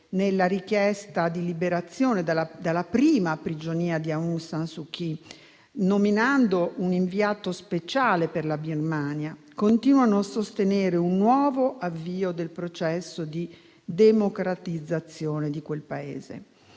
nella richiesta di liberazione dalla prima prigionia di Aung San Suu Kyi nominando un inviato speciale per la Birmania), continuano a sostenere un nuovo avvio del processo di democratizzazione di quel Paese.